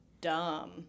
dumb